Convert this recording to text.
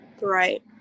Right